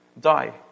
die